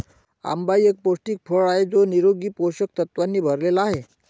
आंबा एक पौष्टिक फळ आहे जो निरोगी पोषक तत्वांनी भरलेला आहे